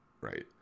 right